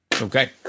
Okay